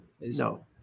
no